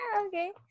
Okay